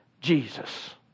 Jesus